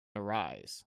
arise